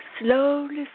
slowly